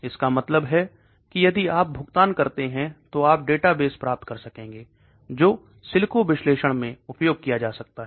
इसका मतलब है कि यदि आप भुगतान करते हैं तो आप डेटाबेस प्राप्त कर सकेंगे जो सिलिको विश्लेषण में उपयोग किया जा सकता है